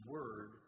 Word